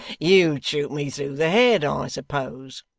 you'd shoot me through the head, i suppose